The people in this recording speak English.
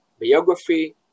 biography